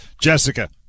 Jessica